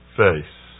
face